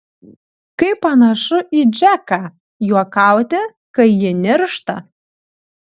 kaip panašu į džeką juokauti kai ji niršta